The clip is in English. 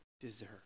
deserve